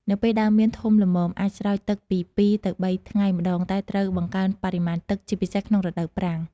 នៅពេលដើមមៀនធំល្មម អាចស្រោចទឹកពី ២ ទៅ ៣ ថ្ងៃម្តង តែត្រូវបង្កើនបរិមាណទឹក ជាពិសេសក្នុងរដូវប្រាំង។